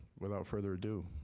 without further ado,